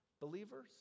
believers